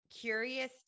curious